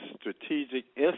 Strategic